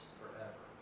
forever